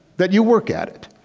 that you work at it,